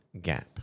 gap